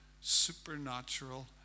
Supernatural